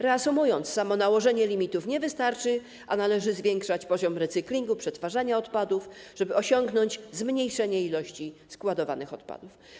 Reasumując, samo nałożenie limitów nie wystarczy, należy podwyższać poziom recyklingu, przetwarzania odpadów, żeby osiągnąć zmniejszenie ilości składowanych odpadów.